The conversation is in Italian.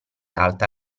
alta